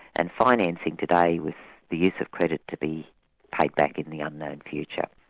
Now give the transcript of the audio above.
and financing today with the use of credit to be paid back in the unknown future.